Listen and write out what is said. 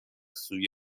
سوی